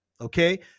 okay